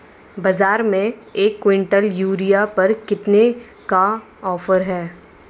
बाज़ार में एक किवंटल यूरिया पर कितने का ऑफ़र है?